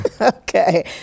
Okay